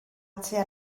tua